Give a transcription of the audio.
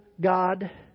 God